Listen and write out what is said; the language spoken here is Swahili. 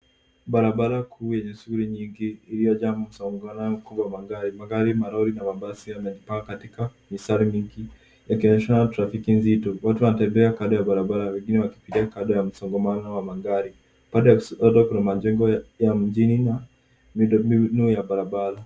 Barabara kuu yenye shughuli nyingi iliyojaa msongamano mkubwa wa magari. Magari, malori na mabasi yamejipanga katika mistari mingi yakionyeshana trafiki nzito. Watu wnatembea kando ya barabara wengine wakipitia kando ya msongamano wa magari. Upande wa kushoto kuna majengo ya mjini na miundombinu ya barabara.